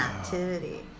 activity